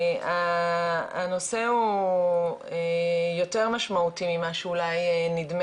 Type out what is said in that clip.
הנושא הוא יותר משמעותי ממה שאולי נדמה